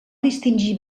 distingir